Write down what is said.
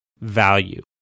value